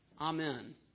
amen